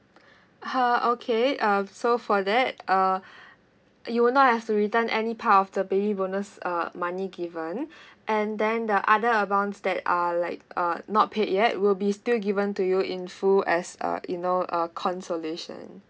her okay um so for that uh you will not have to return any part of the baby bonus uh money given and then the other abounds that are like uh not paid yet will be still given to you in full as uh you know a consolation